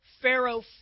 Pharaoh